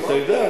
אתה יודע,